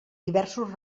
diversos